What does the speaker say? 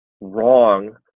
wrong